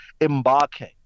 embarking